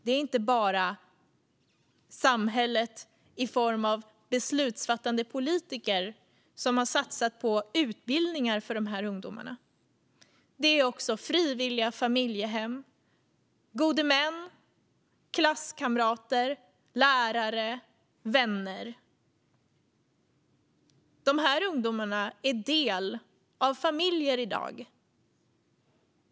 Det är inte bara samhället i form av beslutsfattande politiker som har satsat på utbildningar för de här ungdomarna. Det är också frivilliga familjehem, gode män, klasskamrater, lärare och vänner. De här ungdomarna är del av familjer i dag.